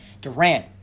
Durant